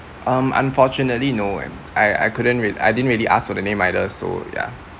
um unfortunately no eh I I couldn't re~ I didn't really ask for the name either so ya